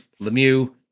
Lemieux